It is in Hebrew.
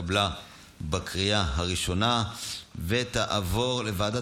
התקבלה בקריאה הראשונה ותעבור לוועדת